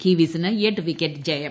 കിവീസിന് എട്ട് വിക്കറ്റ് ജയം